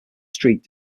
street